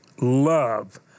love